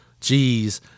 Jeez